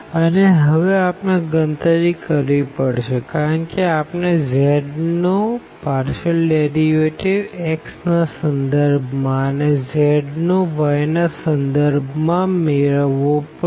અને હવે આપણે ગણતરી કરવી પડશે કારણ કે આપણને z નો પાર્ડેશિઅલ ડેરીવેટીવ x ના સંદર્ભ માં અને zનો y ના સંદર્ભ માં મેળવવો પડશે